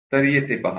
तर येथे पहा